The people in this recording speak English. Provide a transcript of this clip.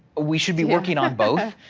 we should be working on both.